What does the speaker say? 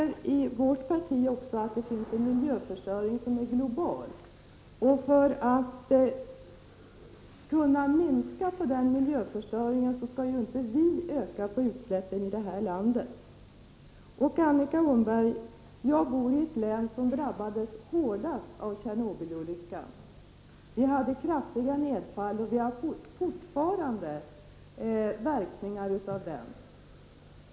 Vi i vårt parti ser också att det finns en miljöförstöring som är global. För att kunna minska den miljöförstöringen skall ju inte vi i det här landet öka utsläppen. Annika Åhnberg, jag bor i det län som drabbades hårdast av Tjernobylolyckan. Vi hade kraftiga nedfall, och vi har fortfarande verkningar av olyckan.